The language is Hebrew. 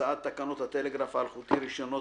הצעת תקנות הטלגרף האלחוטי (רישיונות,